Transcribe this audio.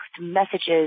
messages